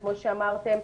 כמו שאמרתם,